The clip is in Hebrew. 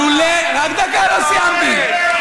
רק דקה, לא סיימתי.